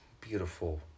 Beautiful